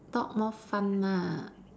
dog more fun ah